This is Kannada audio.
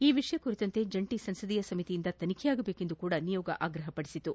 ಈ ವಿಷಯ ಕುರಿತಂತೆ ಜಂಟಿ ಸಂಸದೀಯ ಸಮಿತಿಯಿಂದ ತನಿಖೆಯಾಗಬೇಕೆಂದು ಸಹ ನಿಯೋಗ ಆಗ್ರಹಪಡಿಸಿತು